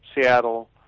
Seattle